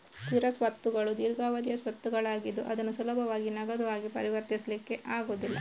ಸ್ಥಿರ ಸ್ವತ್ತುಗಳು ದೀರ್ಘಾವಧಿಯ ಸ್ವತ್ತುಗಳಾಗಿದ್ದು ಅದನ್ನು ಸುಲಭವಾಗಿ ನಗದು ಆಗಿ ಪರಿವರ್ತಿಸ್ಲಿಕ್ಕೆ ಆಗುದಿಲ್ಲ